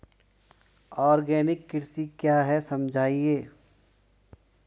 Organic कृषि क्या है समझाइए?